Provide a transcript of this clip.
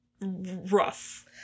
rough